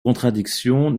contradictions